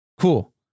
Cool